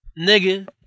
nigga